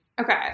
okay